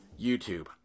youtube